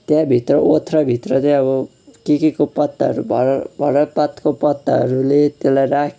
त्यहाँभित्र ओथ्राभित्र चाहिँ के केको पत्ताहरू अब भर भरत पातको पत्ताहरूले त्यसलाई